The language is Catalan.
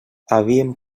havíem